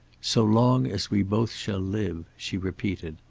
so long as we both shall live, she repeated.